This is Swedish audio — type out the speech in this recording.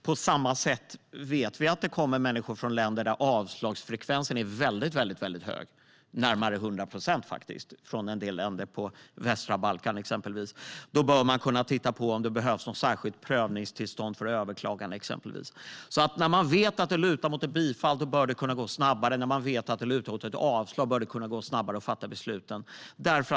På samma sätt vet vi att det kommer människor från länder där avslagsfrekvensen är väldigt hög - närmare 100 procent från exempelvis en del länder på västra Balkan. Då bör man kunna titta på om det behövs något särskilt prövningstillstånd för överklagande, exempelvis. När man vet att det lutar mot ett bifall bör det kunna gå snabbare. När man vet att det lutar mot ett avslag bör det kunna gå snabbare att fatta besluten.